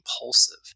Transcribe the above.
impulsive